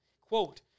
Quote